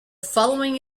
following